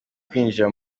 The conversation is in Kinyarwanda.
kwinjira